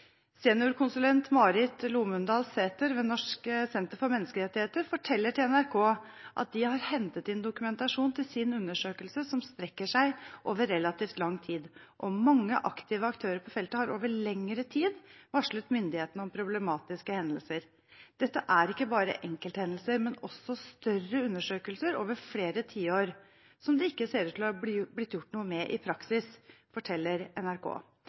Seniorkonsulent Marit Lomundal Sæther ved Norsk senter for menneskerettigheter forteller til NRK at de har hentet inn dokumentasjon til sin undersøkelse som strekker seg over relativt lang tid, og mange aktive aktører på feltet har over lengre tid varslet myndighetene om problematiske hendelser. Dette er ikke bare enkelthendelser, men også større undersøkelser over flere tiår som det ikke ser ut til å ha blitt gjort noe med i praksis, forteller NRK.